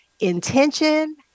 intention